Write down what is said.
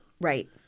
Right